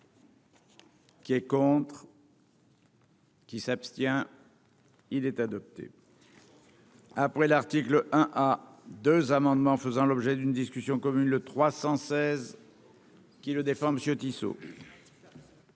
Qui est contre. Qui s'abstient, il est adopté. Après l'article 1 à 2 amendements faisant l'objet d'une discussion commune le 316. Qui le défend Monsieur Tissot.